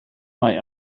mae